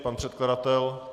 Pan předkladatel?